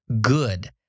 good